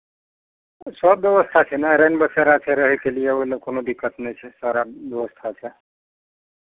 सभ व्यवस्था छै ने रैनबसेरा छै रहयके लिए ओहि लेल कोनो दिक्कत नहि छै सारा व्यवस्था छै